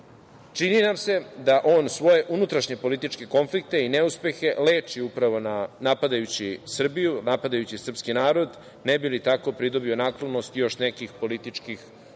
Čini nam se da on svoje unutrašnje političke konflikte i neuspehe leči upravo napadajući Srbiju, napadajući srpski narod, ne bi li tako pridobio naklonost još nekih političkih